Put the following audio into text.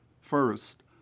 First